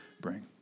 bring